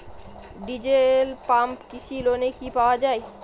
Diesel pump কৃষি লোনে কি পাওয়া য়ায়?